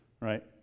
right